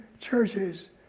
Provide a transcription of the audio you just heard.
churches